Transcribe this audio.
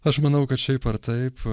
aš manau kad šiaip ar taip